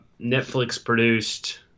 Netflix-produced